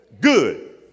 good